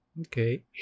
Okay